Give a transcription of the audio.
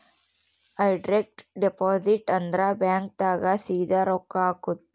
direct deposit ಅಂದ್ರ bank ದಾಗ ಸೀದಾ ರೊಕ್ಕ ಹಾಕೋದು